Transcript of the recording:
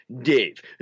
Dave